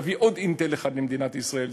להביא עוד "אינטל" אחד למדינת ישראל,